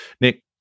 Nick